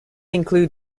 include